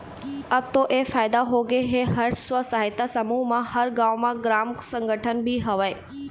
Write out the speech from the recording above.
अब तो ऐ फायदा होगे के हर स्व सहायता समूह म हर गाँव म ग्राम संगठन भी हवय